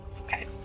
Okay